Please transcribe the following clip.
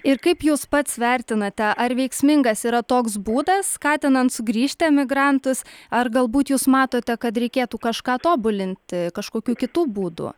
ir kaip jūs pats vertinate ar veiksmingas yra toks būdas skatinant sugrįžti emigrantus ar galbūt jūs matote kad reikėtų kažką tobulinti kažkokių kitų būdų